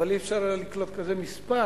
אבל לא היה אפשר לקלוט כזה מספר